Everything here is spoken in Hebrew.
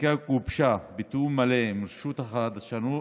החקיקה גובשה בתיאום מלא עם רשות החדשנות,